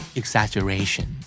exaggeration